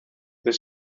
the